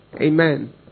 Amen